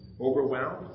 Overwhelmed